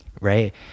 right